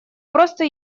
просто